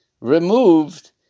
removed